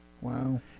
Wow